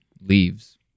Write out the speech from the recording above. leaves